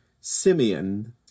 Simeon